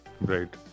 Right